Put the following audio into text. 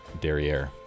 derriere